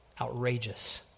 outrageous